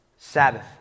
Sabbath